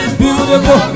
beautiful